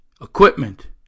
equipment